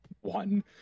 one